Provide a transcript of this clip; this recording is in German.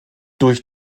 durch